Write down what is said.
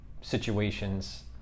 situations